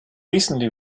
recently